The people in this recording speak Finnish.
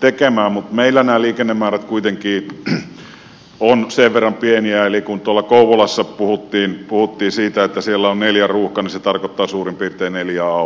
tekemään mutta meillä nämä liikennemäärät kuitenkin ovat sen verran pieniä että kun tuolla kouvolassa puhuttiin siitä että siellä on neljän ruuhka niin se tarkoittaa suurin piirtein eli oau